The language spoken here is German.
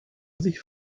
sich